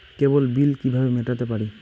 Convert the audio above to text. কেবল bill কিভাবে মেটাতে পারি?